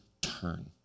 turn